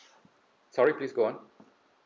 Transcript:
sorry please go on